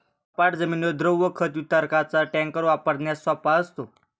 सपाट जमिनीवर द्रव खत वितरकाचा टँकर वापरण्यास सोपा असतो